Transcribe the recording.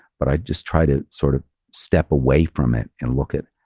but i just try to sort of step away from it and look at,